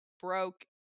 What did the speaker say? broke